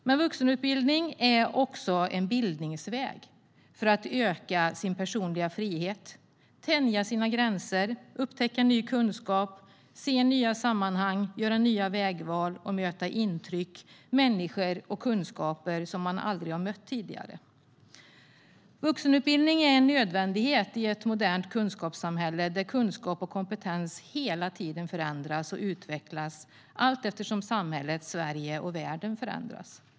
Men vuxenutbildning är också en bildningsväg för att öka sin personliga frihet, tänja sina gränser, upptäcka ny kunskap, se nya sammanhang, göra nya vägval och möta intryck, människor och kunskaper som man aldrig har mött tidigare. Vuxenutbildning är en nödvändighet i ett modernt kunskapssamhälle där kunskap och kompetens hela tiden förändras och utvecklas allteftersom samhället, Sverige och världen förändras.